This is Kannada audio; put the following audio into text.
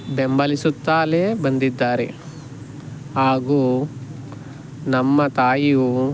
ಬೆಂಬಲಿಸುತ್ತಲೇ ಬಂದಿದ್ದಾರೆ ಹಾಗೂ ನಮ್ಮ ತಾಯಿಯು